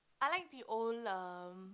I like the old um